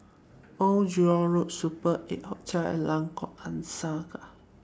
Old Jurong Road Super eight Hotel and Lengkok Angsa